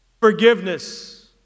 Forgiveness